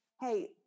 hey